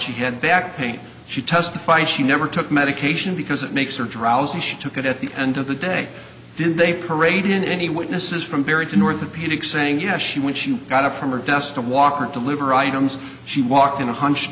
she had back pain she testified she never took medication because it makes her drowsy she took it at the end of the day did they parade in any witnesses from barry to north of punic saying yes she when she got up from her desk to walk or deliver items she walked in a hunch